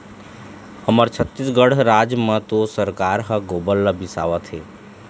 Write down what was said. हमर छत्तीसगढ़ राज म तो सरकार ह गोबर ल बिसावत हे